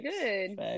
Good